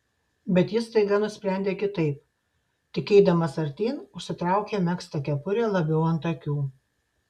bet jis staiga nusprendė kitaip tik eidamas artyn užsitraukė megztą kepurę labiau ant akių